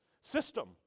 system